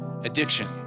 addiction